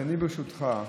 ברשותך,